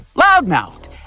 loudmouthed